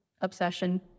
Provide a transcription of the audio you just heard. obsession